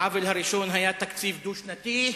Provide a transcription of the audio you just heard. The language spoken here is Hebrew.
העוול הראשון היה תקציב דו-שנתי,